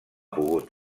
pogut